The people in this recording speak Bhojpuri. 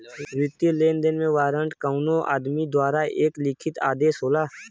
वित्तीय लेनदेन में वारंट कउनो आदमी द्वारा एक लिखित आदेश होला